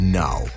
now